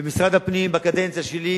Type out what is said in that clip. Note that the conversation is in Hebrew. ומשרד הפנים בקדנציה שלי,